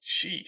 jeez